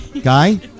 Guy